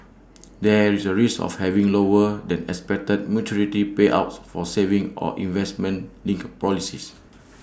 there is A risk of having lower than expected maturity payouts for savings or investment linked policies